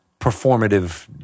performative